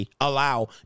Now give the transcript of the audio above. allow